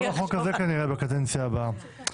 גם החוק הזה כנראה יהיה בקדנציה הבאה.